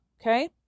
Okay